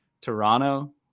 Toronto